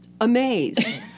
amazed